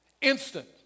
instant